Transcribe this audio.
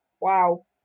Wow